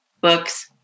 books